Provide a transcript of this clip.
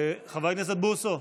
חבר הכנסת בוסו,